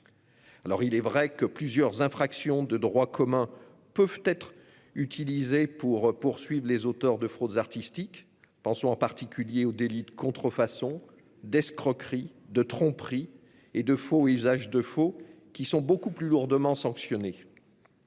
Il est vrai que plusieurs infractions de droit commun peuvent être utilisées pour poursuivre les auteurs de fraudes artistiques. Je pense en particulier aux délits de contrefaçon, d'escroquerie, de tromperie ou de faux et usage de faux, qui sont beaucoup plus lourdement sanctionnés.